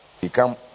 become